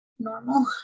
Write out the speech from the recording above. normal